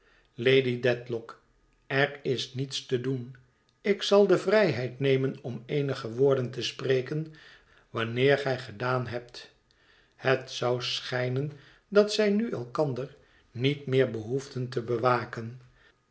lady dedlock er is niets te doen ik zal de vrijheid nemen om eenige woorden te spreken wanneer gij gedaan hebt het zou schijnen dat zij nu elkander niet meer behoefden te bewaken